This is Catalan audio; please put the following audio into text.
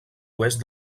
oest